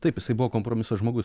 taip jisai buvo kompromiso žmogus